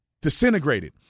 disintegrated